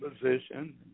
position